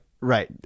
right